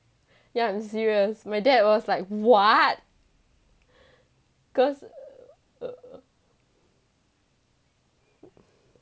yeah I'm serious my dad was like what cause